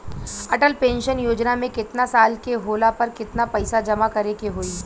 Atal pension योजना मे केतना साल के होला पर केतना पईसा जमा करे के होई?